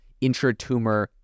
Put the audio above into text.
Intratumor